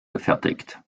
gefertigt